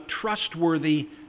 trustworthy